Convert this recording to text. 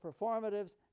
performatives